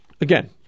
Again